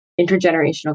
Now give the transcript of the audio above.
intergenerational